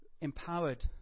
empowered